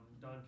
Don